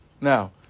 Now